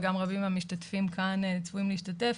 וגם רבים מהמשתתפים כאן צפויים להשתתף,